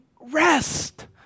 rest